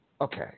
Okay